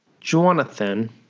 Jonathan